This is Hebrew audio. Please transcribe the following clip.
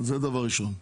שנית,